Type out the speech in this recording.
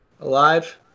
Alive